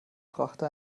brachte